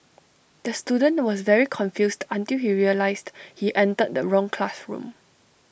the student was very confused until he realised he entered the wrong classroom